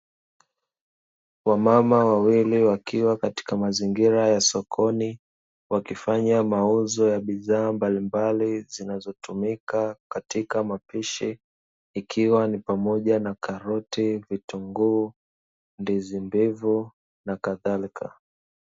Wamama wawili wakiwa katika mazingira ya sokoni wakifanya mauzo ya bidhaa mbalimbali, zinayotumika katika mapishi ikiwa ni pamoja na karoti, vitunguu, ndizi mbivu nakadhalika.